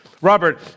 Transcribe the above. Robert